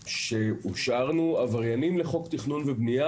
שאושרנו עבריינים לחוק תכנון ובנייה,